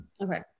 Okay